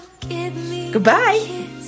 Goodbye